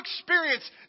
experience